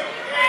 כן.